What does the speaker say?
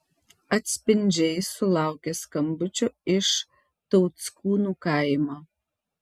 atspindžiai sulaukė skambučio iš tauckūnų kaimo